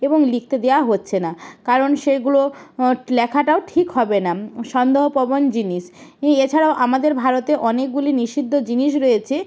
এবং লিখতে দেয়া হচ্ছে না কারণ সেগুলো লেখাটাও ঠিক হবে না সন্দেহ প্রবণ জিনিস ই এছাড়াও আমাদের ভারতে অনেকগুলি নিষিদ্ধ জিনিস রয়েছে